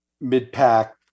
mid-pack